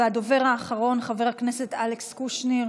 הדובר האחרון, חבר הכנסת אלכס קושניר.